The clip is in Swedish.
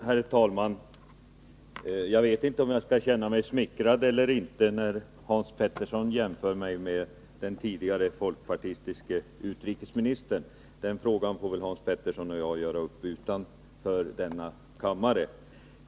Herr talman! Jag vet inte om jag skall känna mig smickrad eller inte när Hans Petersson i Hallstahammar jämför mig med den tidigare folkpartistiske utrikesministern. Den frågan får väl Hans Petersson och jag göra upp utanför denna kammare.